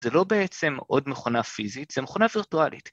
זה לא בעצם עוד מכונה פיזית, זה מכונה וירטואלית.